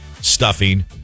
stuffing